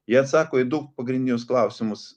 jie atsako į du pagrindinius klausimus